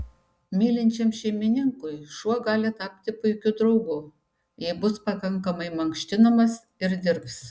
mylinčiam šeimininkui šuo gali tapti puikiu draugu jei bus pakankamai mankštinamas ir dirbs